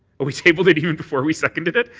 but we tabled it even before we seconded it.